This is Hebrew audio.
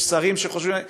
יש שרים שחושבים כך.